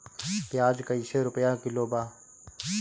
प्याज कइसे रुपया किलो बा?